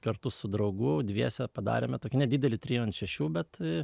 kartu su draugu dviese padarėme tokį nedidelį trijų šešių bet